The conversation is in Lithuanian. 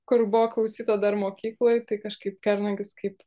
kur buvo klausyta dar mokykloj tai kažkaip kernagis kaip